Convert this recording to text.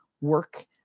work